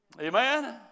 Amen